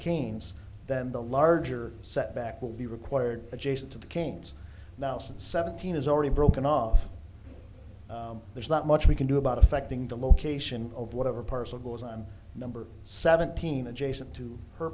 canes then the larger setback will be required adjacent to the canes now since seventeen is already broken off there's not much we can do about affecting the location of whatever parcel goes on number seventeen adjacent to her